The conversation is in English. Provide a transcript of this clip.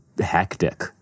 hectic